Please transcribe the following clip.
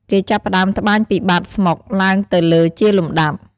គេចាប់ផ្តើម ត្បាញពីបាតស្មុក ឡើងទៅលើជាលំដាប់។